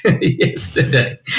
yesterday